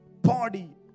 body